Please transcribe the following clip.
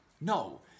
no